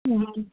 हँ